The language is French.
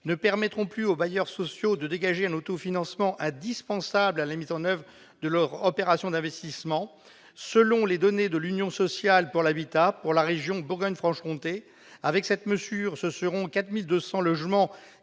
ne permettront plus aux bailleurs sociaux de dégager un autofinancement indispensable à la mise en oeuvre de leurs opérations d'investissement. Selon les données de l'Union sociale pour l'habitat pour la région Bourgogne-Franche-Comté, avec cette mesure, ce seront 4 200 logements